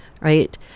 right